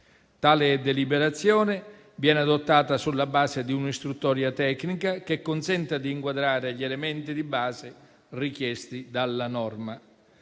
Tale deliberazione viene adottata sulla base di un'istruttoria tecnica che consenta di inquadrare gli elementi di base richiesti dalla norma.